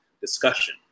discussion